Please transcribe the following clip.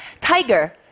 Tiger